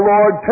Lord